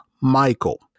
Michael